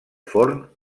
forn